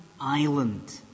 island